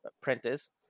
apprentice